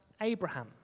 Abraham